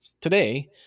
today